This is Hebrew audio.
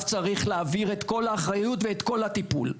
צריך להעביר את כל האחריות ואת כל הטיפול.